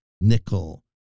nickel